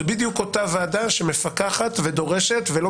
זו בדיוק אותה ועדה שמפקחת ודורשת ולא